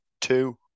two